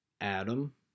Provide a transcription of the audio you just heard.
Adam